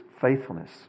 faithfulness